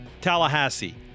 Tallahassee